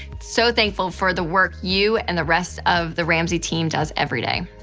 so thankful for the work you and the rest of the ramsey team does every day.